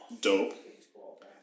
dope